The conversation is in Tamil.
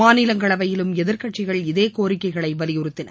மாநிலங்களவையிலும் எதிர்க்கட்சிகள் இதேகோரிக்கைகளை வலியுறுத்தின